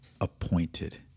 appointed